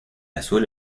azul